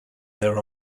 there